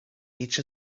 each